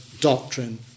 doctrine